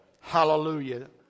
Hallelujah